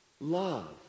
love